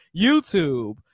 YouTube